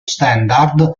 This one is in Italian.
standard